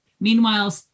Meanwhile